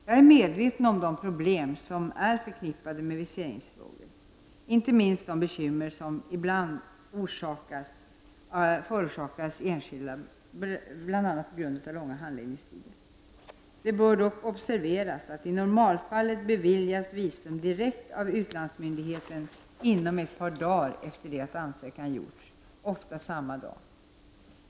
Jag är medveten om de problem som är förknippade med viseringsfrågor, inte minst de bekymmer som ibland förorsakas enskilda bl.a. på grund av långa handläggningstider. Det bör dock observeras att visum i normalfallet beviljas direkt av utlandsmyndigheten inom ett par dagar efter det att ansökan gjorts, ofta samma dag.